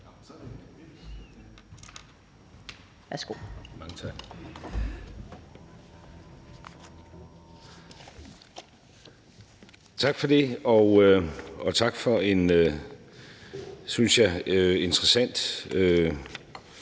Tak for det. Og tak for en, synes jeg, interessant